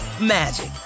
magic